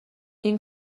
این